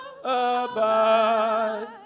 abide